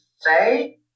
say